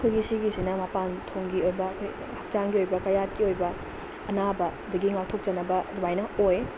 ꯑꯩꯈꯣꯏꯒꯤ ꯁꯤꯒꯤꯁꯤꯅ ꯃꯄꯥꯟ ꯊꯣꯡꯒꯤ ꯑꯣꯏꯕ ꯑꯩꯈꯣꯏ ꯍꯛꯆꯥꯡꯒꯤ ꯑꯣꯏꯕ ꯀꯌꯥꯠꯀꯤ ꯑꯣꯏꯕ ꯑꯅꯥꯕꯗꯒꯤ ꯉꯥꯛꯊꯣꯛꯆꯅꯕ ꯑꯗꯨꯃꯥꯏꯅ ꯑꯣꯏ